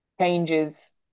changes